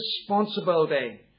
responsibility